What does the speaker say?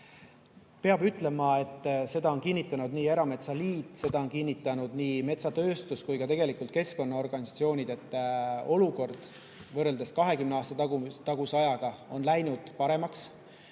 Peab ütlema, et seda on kinnitanud erametsaliit, seda on kinnitanud nii metsatööstus kui ka keskkonnaorganisatsioonid, et olukord on võrreldes 20 aasta taguse ajaga paremaks